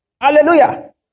Hallelujah